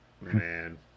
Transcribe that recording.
man